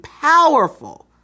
powerful